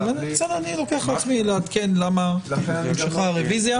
אני לוקח על עצמי לעדכן למה נמשכה הרביזיה.